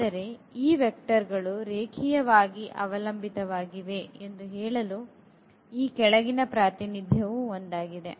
ಆದರೆ ಈ ವೆಕ್ಟರ್ ಗಳು ರೇಖೀಯವಾಗಿ ಅವಲಂಬಿತವಾಗಿವೆ ಎಂದು ಹೇಳಲು ಈ ಕೆಳಗಿನ ಪ್ರಾತಿನಿಧ್ಯ ವೂ ಒಂದಾಗಿದೆ